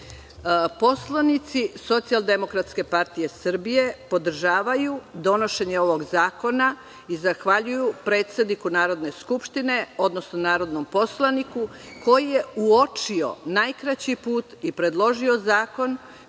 osnovna ljudska prava. Poslanici SDPS podržavaju donošenje ovog zakona i zahvaljuju predsedniku Narodne skupštine, odnosno narodnom poslaniku koji je uočio najkraći put i predložio zakon